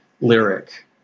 lyric